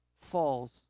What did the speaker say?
falls